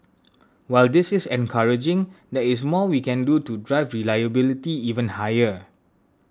while this is encouraging there is more we can do to drive reliability even higher